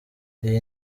iyi